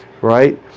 right